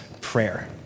prayer